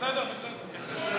בסדר, בסדר.